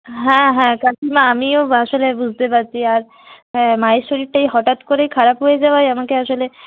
হ্যাঁ হ্যাঁ কাকিমা আমিও আসলে বুঝতে পারছি আর মায়ের শরীরটা এই হঠাৎ করেই খারাপ হয়ে যাওয়ায় আমাকে আসলে